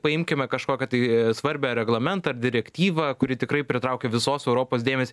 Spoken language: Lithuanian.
paimkime kažkokią tai svarbią reglamentą ar direktyvą kuri tikrai pritraukė visos europos dėmesį